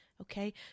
okay